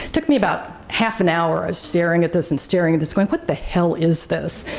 took me about half an hour of staring at this, and staring at this going, what the hell is this,